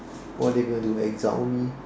what are they gonna do exile me